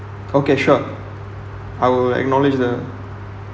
okay sure I will acknowledge the